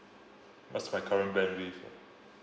what's my current bandwidth